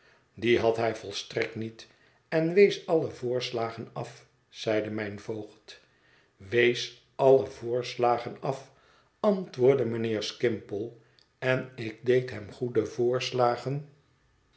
dien had hij volstrekt niet en wees alle voorslagen af zeide mijn voogd wees alle voorslagen af antwoordde mijnheer skimpole en ik deed hem goede voorslagen